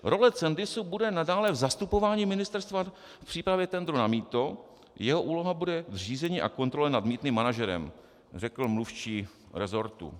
Role Cendisu bude nadále v zastupování Ministerstva v přípravě tendru na mýto, jeho úloha bude v řízení a kontrole nad mýtným manažerem, řekl mluvčí resortu.